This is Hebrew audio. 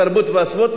התרבות והספורט,